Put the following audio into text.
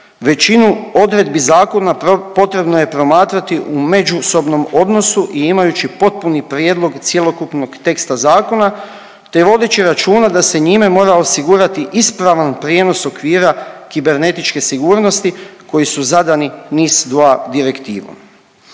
Većinu odredbi zakona potrebno je promatrati u međusobnom odnosu i imajući potpuni prijedlog cjelokupnog teksta zakona te vodeći računa da se njima mora osigurati ispravan prijenos okvira kibernetičke sigurnosti koji su zadani NIS-2 direktivom.